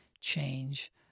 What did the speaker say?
change